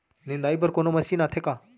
निंदाई बर कोनो मशीन आथे का?